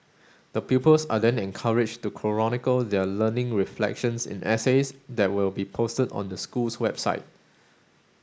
the pupils are then encouraged to chronicle their learning reflections in essays that will be posted on the school's website